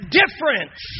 difference